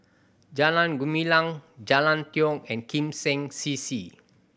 Jalan Gumilang Jalan Tiong and Kim Seng C C